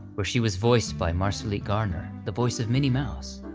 where she was voiced by marcellite garner, the voice of minnie mouse.